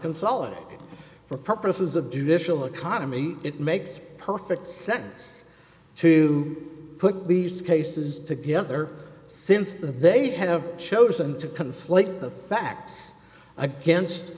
consulted for purposes of judicial economy it makes perfect sense to put these cases together since they have chosen to conflate the facts against